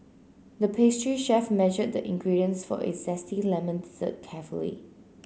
the pastry chef measured the ingredients for a zesty lemon dessert carefully